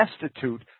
destitute